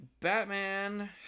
Batman